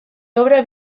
obra